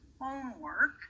homework